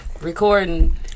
recording